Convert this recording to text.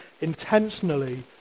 intentionally